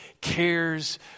cares